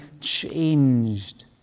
changed